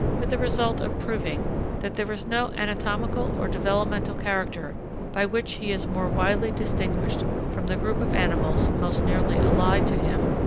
with the result of proving that there is no anatomical or developmental character by which he is more widely distinguished from the group of animals most nearly allied to him,